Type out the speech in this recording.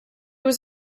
was